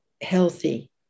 healthy